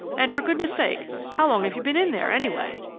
and for goodness sake, how long have you been in there, anyway?